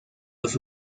los